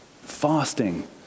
fasting